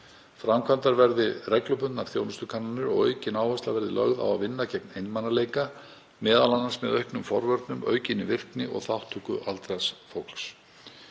Framkvæmdar verði reglubundnar þjónustukannanir og aukin áhersla verði lögð á að vinna gegn einmanaleika, m.a. með auknum forvörnum, aukinni virkni og þátttöku aldraðs fólks.